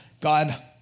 God